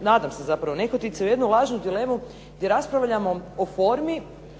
nadam se nehotice u jednu lažnu dilemu gdje raspravljamo o formi,